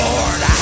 Lord